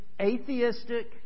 atheistic